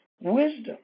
wisdom